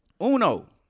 Uno